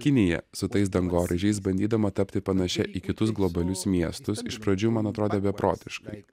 kinija su tais dangoraižiais bandydama tapti panašia į kitus globalius miestus iš pradžių man atrodė beprotiškai